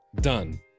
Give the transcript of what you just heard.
Done